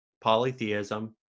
polytheism